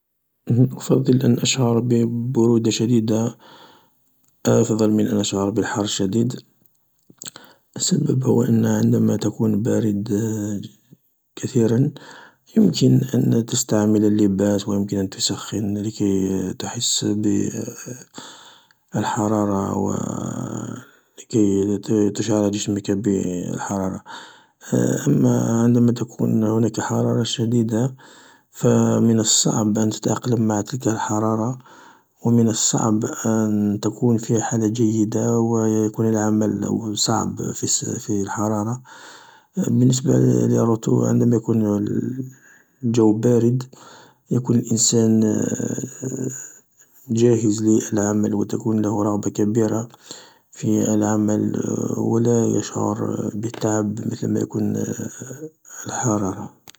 ﻿أفضل أن أشعر ببرودة شديدة، أفضل من أن أشعر بالحر الشديد. السبب هو أن عندما تكون بارد كثيرا يمكن أن تستعمل اللباس ويمكن أن تسخن لكي تحس ب الحرارة و لكي ت-تشعر جسمك ب الحرارة. أما عندما تكون هناك حرارة شديدة، فمن الصعب أن تتأقلم مع تلك الحرارة، ومن الصعب أن تكون في حالة جيدة، ويكون العمل و-صعب في الحرارة. بالنسبة لرطو عندما يكون ال جو بارد، يكون الإنسان جاهز للعمل وتكون له رغبة كبيرة في العمل ولا يشعر بالتعب مثل ما يكون الحرارة.